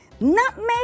nutmeg